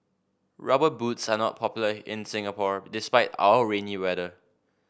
rubber boots are not popular in Singapore despite our rainy weather